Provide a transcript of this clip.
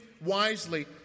wisely